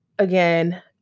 Again